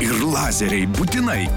ir lazeriai būtinai